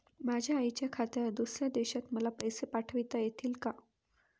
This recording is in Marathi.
माझ्या आईच्या खात्यावर दुसऱ्या देशात मला पैसे पाठविता येतील का?